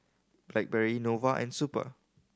Blackberry Nova and Super